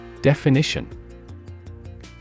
Definition